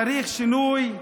צריך שינוי,